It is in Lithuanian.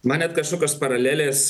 man net kašokios paralelės